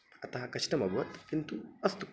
अतः कष्टमभवत् किन्तु अस्तु